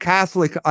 Catholic